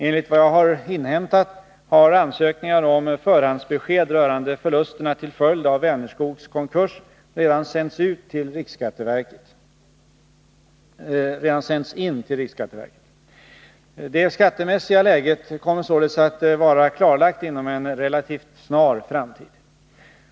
Enligt vad jag har inhämtat har ansökningar om förhandsbesked rörande förlusterna till följd av Vänerskogs konkurs redan sänts in till riksskatteverket. Det skattemässiga läget kommer således att vara klarlagt inom en relativt snar framtid.